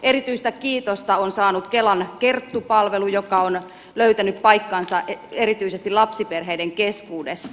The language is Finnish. erityistä kiitosta on saanut kelan kerttu palvelu joka on löytänyt paikkansa erityisesti lapsiperheiden keskuudessa